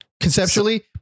conceptually